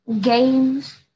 games